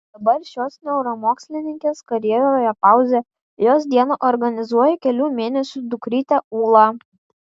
dabar šios neuromokslininkės karjeroje pauzė jos dieną organizuoja kelių mėnesių dukrytė ūla